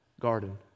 garden